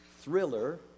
thriller